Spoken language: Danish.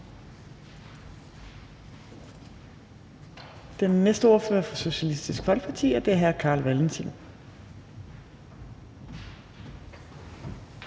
Den næste ordfører er fra Socialistisk Folkeparti, og det er hr. Carl Valentin.